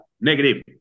negative